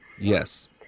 Yes